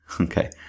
Okay